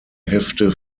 hefte